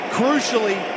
crucially